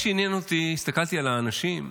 הסתכלתי על האנשים,